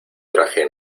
traje